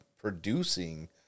producing